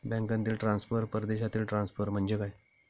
बँकांतील ट्रान्सफर, परदेशातील ट्रान्सफर म्हणजे काय?